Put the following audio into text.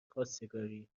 خواستگاری